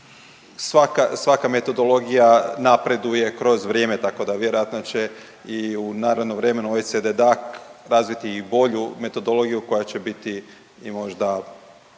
svaka metodologija napreduje kroz vrijeme tako da vjerojatno će i u narednom vremenu OECD/DAC razviti i bolju metodologiju koja će biti i možda